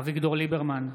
אביגדור ליברמן,